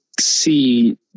see